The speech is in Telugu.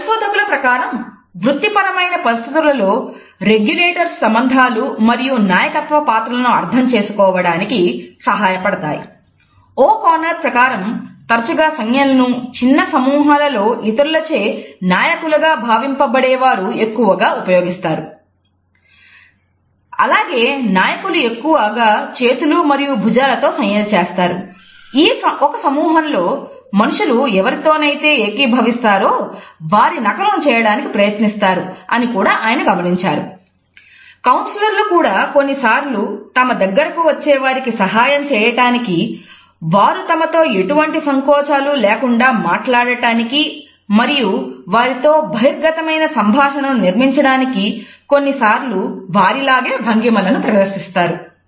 పరిశోధకుల ప్రకారం వృత్తిపరమైన పరిస్థితులలో రెగ్యులేటర్స్ లు కూడా కొన్నిసార్లు తమ దగ్గరకు వచ్చే వారికి సహాయం చేయటానికి వారు తమతో ఎటువంటి సంకోచాలు లేకుండా మాట్లాడడానికి మరియు వారితో బహిర్గతమైన సంభాషణను నిర్మించడానికి కొన్నిసార్లు వారిలాగే భంగిమలను ప్రదర్శిస్తారు